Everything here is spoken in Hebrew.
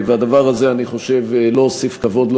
אני חושב שהדבר הזה לא הוסיף כבוד לא